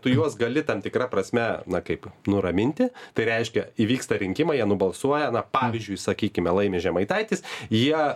tu juos gali tam tikra prasme na kaip nuraminti tai reiškia įvyksta rinkimai jie nubalsuoja na pavyzdžiui sakykime laimi žemaitaitis jie